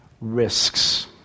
risks